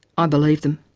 ah i believe them.